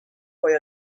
poi